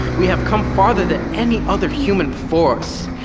we have come farther than any other human before us,